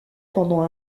pendant